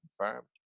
confirmed